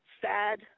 sad